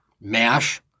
MASH